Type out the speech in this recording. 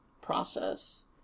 process